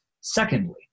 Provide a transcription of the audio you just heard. secondly